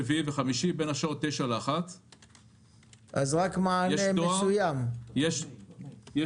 רביעי וחמישי בין השעות 9:00 13:00. יש דואר,